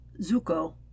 Zuko